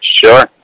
Sure